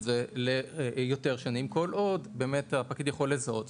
זה ליותר שנים כל עוד הפקיד יכול לזהות.